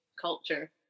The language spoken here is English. culture